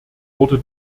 wurde